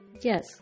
yes